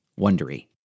Wondery